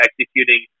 executing